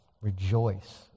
rejoice